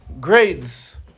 grades